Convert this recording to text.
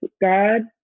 God